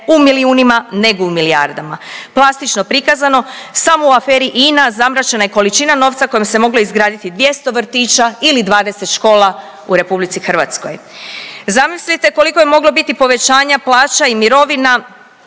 u milijunima nego u milijardama. Plastično prikazano, samo u aferi INA zamračena je količina novca kojom se moglo izgrditi 200 vrtića ili 20 škola u RH. Zamislite koliko je moglo biti povećanje plaća i mirovina,